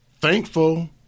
thankful